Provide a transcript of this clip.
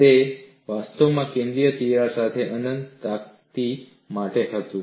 તે વાસ્તવમાં કેન્દ્રીય તિરાડ સાથે અનંત તકતી માટે હતું